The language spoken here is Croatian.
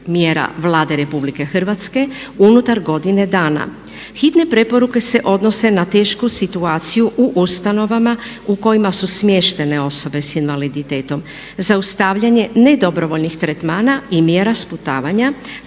Hitne preporuke se odnose na tešku situaciju u ustanovama u kojima su smještene osobe s invaliditetom, zaustavljanje ne dobrovoljnih tretmana i mjera sputavanja